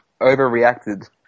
overreacted